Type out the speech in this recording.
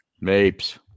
Mapes